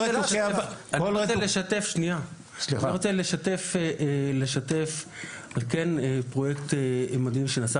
אני רוצה לשתף על פרויקט מדהים שכן נעשה